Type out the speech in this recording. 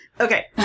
Okay